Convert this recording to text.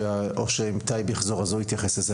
או שאם טייב יחזור אז הוא יתייחס לזה,